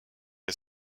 est